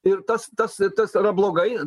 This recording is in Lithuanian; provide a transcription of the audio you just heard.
ir tas tas tas yra blogai